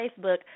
Facebook